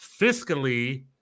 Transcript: Fiscally